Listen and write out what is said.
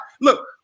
look